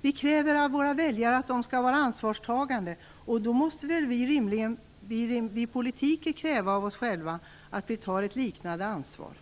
Vi kräver av våra väljare att de skall vara ansvarstagande. Då måste vi politiker rimligen kräva av oss själva att vi skall ta ett liknande ansvar.